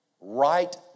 right